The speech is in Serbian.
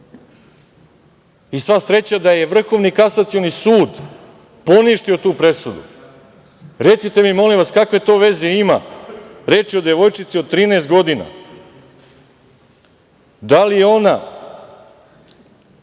sreća da je Vrhovni kasacioni sud poništio tu presudu. Recite mi, molim vas, kakve to veze ima, reč je o devojčici od 13 godina, da li ona…